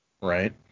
Right